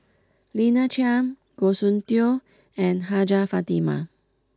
Lina Chiam Goh Soon Tioe and Hajjah Fatimah